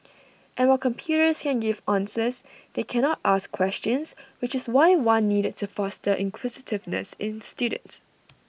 and while computers can give answers they cannot ask questions which is why one needed to foster inquisitiveness in students